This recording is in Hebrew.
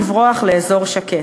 לברוח לאזור שקט,